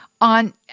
on